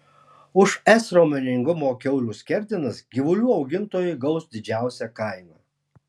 už s raumeningumo kiaulių skerdenas gyvulių augintojai gaus didžiausią kainą